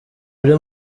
ruri